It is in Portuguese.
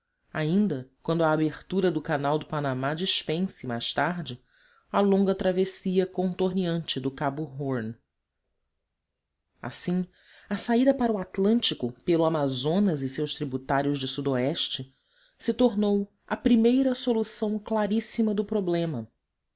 ainda quando a abertura do canal de panamá dispense mais tarde a longa travessia contorneante do cabo horn assim a saída para o atlântico pelo amazonas e seus tributários de sudoeste se tornou a primeira solução claríssima do problema